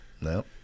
no